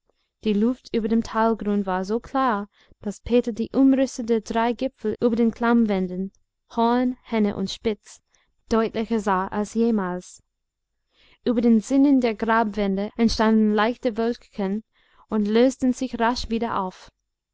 die luft über dem talgrund war so klar daß peter die umrisse der drei gipfel über den klammwänden horn henne und spitz deutlicher sah als jemals über den zinnen der grabwände entstanden leichte wölkchen und lösten sich rasch wieder auf